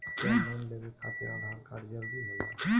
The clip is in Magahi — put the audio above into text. क्या लोन लेवे खातिर आधार कार्ड जरूरी होला?